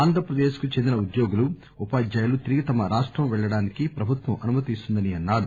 ఆంధ్రప్రదేశ్ కు చెందిన ఉద్యోగులు ఉపాధ్యాయులు తిరిగి తమ రాష్టం పెళ్ళడానికి ప్రభుత్వం అనుమతిస్తుందని చెప్పారు